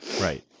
right